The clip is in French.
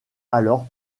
alors